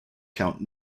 count